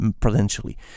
potentially